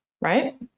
Right